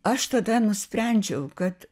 aš tada nusprendžiau kad